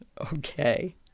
Okay